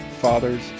fathers